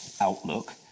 outlook